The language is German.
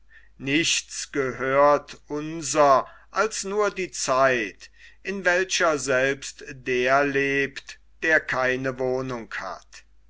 nichts gehört unser als nur die zeit in welcher selbst der lebt der keine wohnung hat